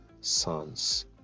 sons